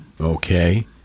Okay